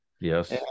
yes